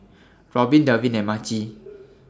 Robbin Dalvin and Maci